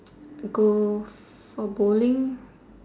go for bowling